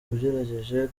ugerageje